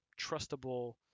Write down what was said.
trustable